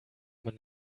man